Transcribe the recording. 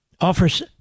offers